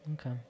Okay